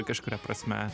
kažkuria prasme